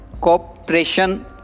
Cooperation